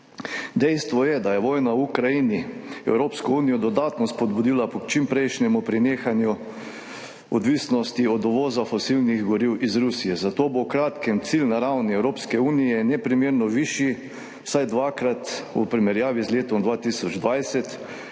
Dejstvo je, da je vojna v Ukrajini Evropsko unijo dodatno spodbudila k čimprejšnjemu prenehanju odvisnosti od uvoza fosilnih goriv iz Rusije, zato bo v kratkem cilj na ravni Evropske unije neprimerno višji, vsaj dvakrat višji v primerjavi z letom 2020,